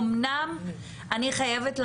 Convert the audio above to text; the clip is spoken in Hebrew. אני חייבת להגיד,